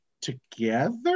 together